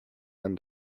ran